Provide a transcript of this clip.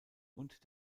und